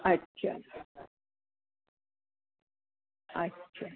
अच्छा अच्छा